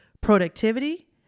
productivity